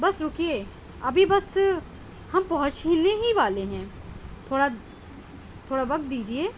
بس رکیے ابھی بس ہم پہنچنے ہی والے ہیں تھوڑا تھوڑا وقت دیجیے